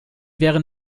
wären